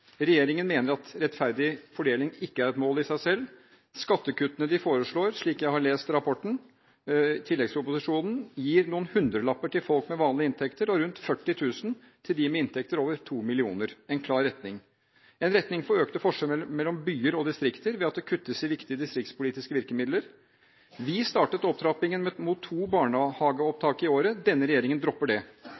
Regjeringen mener at rettferdig fordeling ikke er et mål i seg selv. Skattekuttene de foreslår – slik jeg har lest tilleggsproposisjonen – gir noen hundrelapper til folk med vanlige inntekter og rundt 40 000 kr til dem med inntekter over 2 mill. kr – en klar retning, en retning for økte forskjeller mellom byer og distrikter ved at det kuttes i viktige distriktspolitiske virkemidler. Vi startet opptrappingen mot to barnehageopptak i året. Denne regjeringen dropper det. Det er dårlig velferd, og det